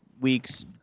week's